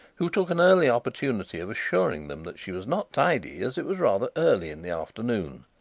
who took an early opportunity of assuring them that she was not tidy as it was rather early in the afternoon.